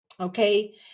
okay